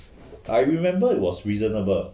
I remember it was reasonable